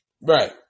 Right